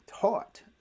taught